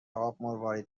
آبمروارید